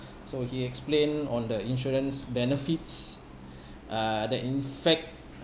so he explained on the insurance benefits uh that in fact